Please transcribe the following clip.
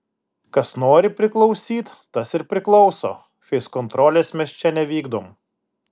kas nori priklausyt tas ir priklauso feiskontrolės mes čia nevykdom